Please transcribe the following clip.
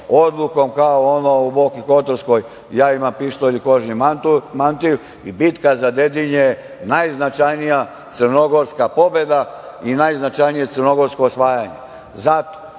odlukom u Boki Kotorskoj – ja imam pištolj i kožni mantil. Bitka za Dedinje je najznačajnija crnogorska pobeda i najznačajnije crnogorsko osvajanje. Zato